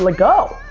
like go.